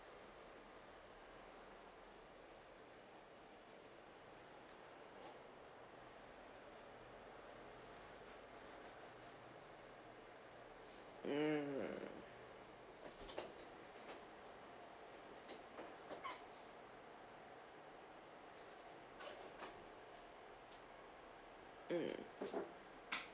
mm mm